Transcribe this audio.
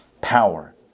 power